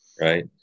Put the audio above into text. right